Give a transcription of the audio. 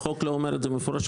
החוק לא אומר את זה מפורשות.